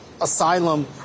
asylum